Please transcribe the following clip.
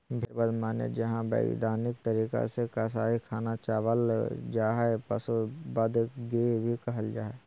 भेड़ बध माने जहां वैधानिक तरीका से कसाई खाना चलावल जा हई, पशु वध गृह भी कहल जा हई